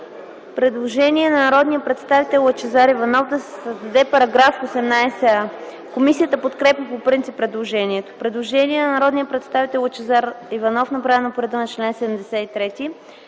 предложение на народния представител Лъчезар Иванов – да се създаде § 18а. Комисията подкрепя по принцип предложението. Има предложение на народния представител Лъчезар Иванов, направено по реда на чл. 73,